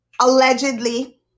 Allegedly